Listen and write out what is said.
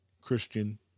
Christian